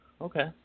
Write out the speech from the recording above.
okay